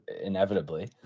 inevitably